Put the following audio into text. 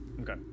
Okay